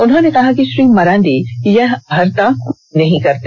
उन्होंने कहा कि श्री मरांडी यह अर्हता पूरी नहीं करते